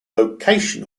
location